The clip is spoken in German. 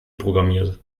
programmiert